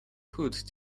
hood